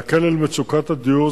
להקל על מצוקת הדיור.